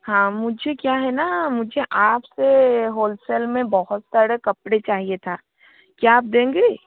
हाँ मुझे क्या हे ना मुझे आप से होलसेल में बहुत सारे कपड़े चाहिए था क्या आप देंगे